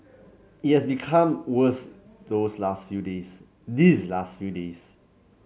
it has become worse those last few days these last few days